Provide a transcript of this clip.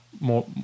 more